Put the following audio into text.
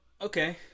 Okay